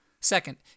Second